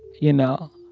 you know,